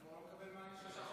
אני גם לא מקבל מענה שלושה חודשים.